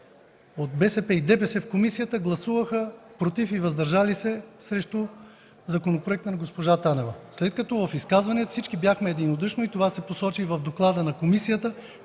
от БСП и ДПС в комисията гласуваха „против” и „въздържали се” срещу законопроекта на госпожа Танева, след като в изказванията си всички бяхме единодушни и това се посочи в доклада на комисията,